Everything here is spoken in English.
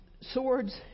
swords